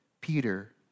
Peter